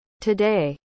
Today